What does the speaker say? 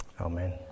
Amen